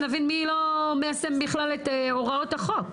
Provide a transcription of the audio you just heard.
נבין מי לא מיישם בכלל את הוראות החוק.